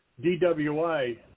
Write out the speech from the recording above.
DWI